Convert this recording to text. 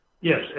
Yes